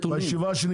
לישיבה.